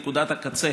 נקודת הקצה